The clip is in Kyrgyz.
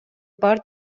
бар